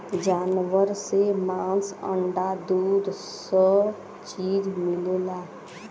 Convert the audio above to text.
जानवर से मांस अंडा दूध स चीज मिलला